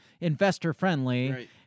investor-friendly